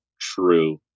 true